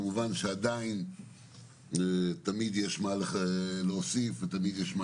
כמובן שעדיין תמיד יש מה להוסיף ותמיד יש מה